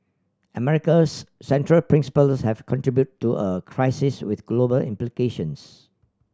America's central principles have contributed to a crisis with global implications